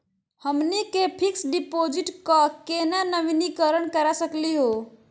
हमनी के fix deposit क केना नवीनीकरण करा सकली हो?